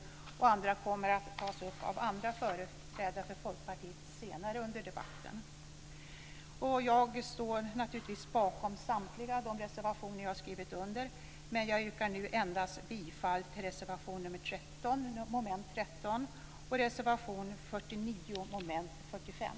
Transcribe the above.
Övriga reservationer kommer att tas upp av andra företrädare för Jag står naturligtvis bakom alla de reservationer som jag har skrivit under, men yrkar nu bifall endast till reservation nr 13 vid mom. 13 och reservation 49 vid mom. 45.